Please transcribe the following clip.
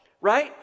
right